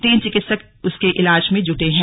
तीन चिकित्सक उसके इलाज में जुटे हैं